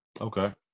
Okay